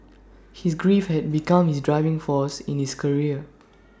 his grief had become his driving force in his career